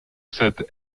cette